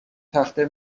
تخته